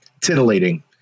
Titillating